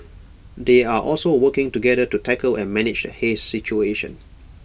they are also working together to tackle and manage the haze situation